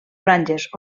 franges